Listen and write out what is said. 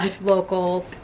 local